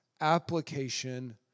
application